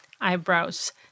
eyebrows